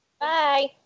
Bye